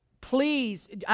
please